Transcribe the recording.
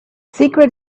secret